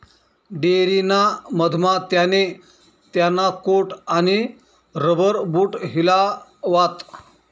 dairy ना मधमा त्याने त्याना कोट आणि रबर बूट हिलावात